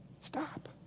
Stop